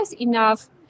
enough